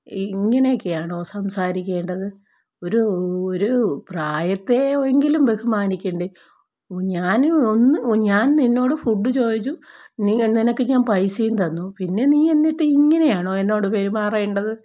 ഇങ്ങനെയൊക്കെയാണോ സംസാരിക്കേണ്ടത് ഒരു ഒരു പ്രായത്തെ എങ്കിലും ബഹുമാനിക്കണ്ടേ ഞാൻ ഒന്നു ഞാൻ നിന്നോടു ഫുഡ് ചോദിച്ചു നീ നിനക്ക് ഞാൻ പൈസയും തന്നു പിന്നെ നീ എന്നിട്ട് ഇങ്ങനെയാണോ എന്നോടു പെരുമാറേണ്ടത്